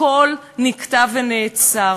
הכול נקטע ונעצר.